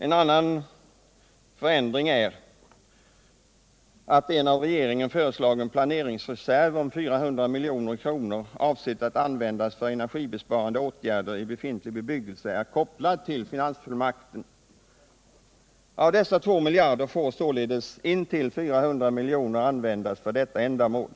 En annan förändring är att en av regeringen föreslagen planeringsreserv på 400 milj.kr., avsedd att användas för energibesparande åtgärder i befintlig bebyggelse, är kopplad till finansfullmakten. Av dessa 2 miljarder kronor får således intill 400 milj.kr. användas för detta ändamål.